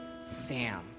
Sam